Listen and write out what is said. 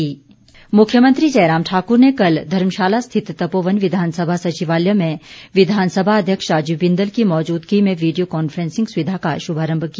video conferencing मुख्यमंत्री जयराम ठाक्र ने कल धर्मशाला स्थित तपोवन विधानसभा सचिवालय में विधानासभा अध्यक्ष राजीव बिंदल की मौजुदगी में वीडियो कान्फ्रैसिंग सुविधा का शुभारंभ किया